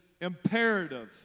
imperative